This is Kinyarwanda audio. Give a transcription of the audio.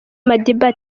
madiba